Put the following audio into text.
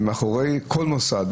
מאחורי כל מוסד,